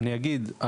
אני אגיד,